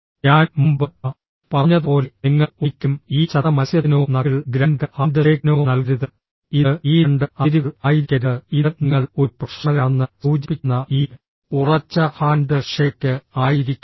ഞാൻ മുമ്പ് പറഞ്ഞതുപോലെ നിങ്ങൾ ഒരിക്കലും ഈ ചത്ത മത്സ്യത്തിനോ നക്കിൾ ഗ്രൈൻഡർ ഹാൻഡ് ഷേക്കിനോ നൽകരുത് ഇത് ഈ രണ്ട് അതിരുകൾ ആയിരിക്കരുത് ഇത് നിങ്ങൾ ഒരു പ്രൊഫഷണലാണെന്ന് സൂചിപ്പിക്കുന്ന ഈ ഉറച്ച ഹാൻഡ് ഷേക്ക് ആയിരിക്കണം